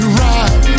right